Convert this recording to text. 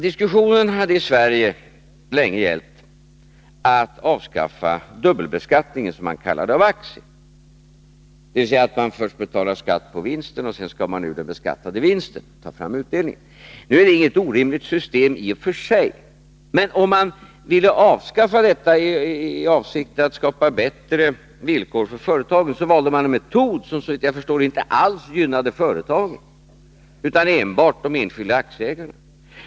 Diskussionen i Sverige hade ju länge gällt att avskaffa dubbelbeskattningen, som man kallade det, av aktier, dvs. att man först betalar skatt på vinsten och sedan ur den beskattade vinsten skall ta fram utdelning. Det är inte något orimligt system i och för sig. Men när man ville avskaffa detta i avsikt att skapa bättre villkor för företagen valde man en metod som, såvitt jag förstår, inte alls gynnade företagen utan enbart de enskilda aktieägarna.